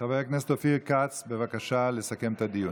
חבר הכנסת אופיר כץ, בבקשה לסכם את הדיון.